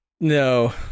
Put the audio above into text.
No